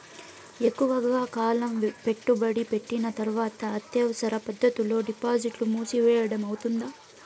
ఎక్కువగా కాలం పెట్టుబడి పెట్టిన తర్వాత అత్యవసర పరిస్థితుల్లో డిపాజిట్లు మూసివేయడం అవుతుందా?